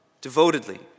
devotedly